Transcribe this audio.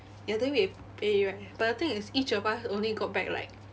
ya then we pay already right but the thing is each of us only got back like